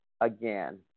Again